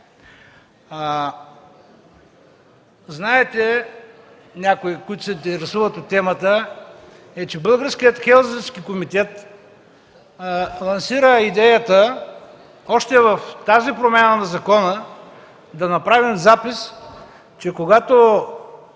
Знаете – някои, които се интересуват от темата, че Българският Хелзинкски комитет лансира идеята още в тази промяна на закона да направим запис, че когато